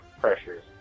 pressures